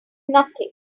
nothing